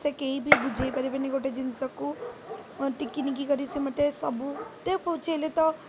ସେ କେହି ବି ବୁଝେଇ ପାରିବେନି ଗୋଟେ ଜିନିଷକୁ ଟିକିନିଖି କରି ସେ ମୋତେ ସବୁ ବୁଝେଇଲେ ତ